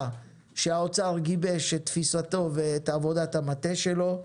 שהאוצר גיבש את תפיסתו ואת עבודת המטה שלו,